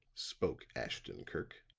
spoke ashton-kirk,